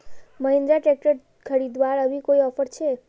Mahindra tractor खरीदवार अभी कोई ऑफर छे?